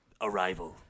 Arrival